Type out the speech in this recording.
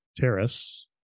Terrace